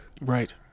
right